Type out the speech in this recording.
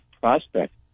prospect